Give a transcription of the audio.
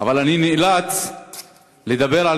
אבל אני נאלץ לדבר על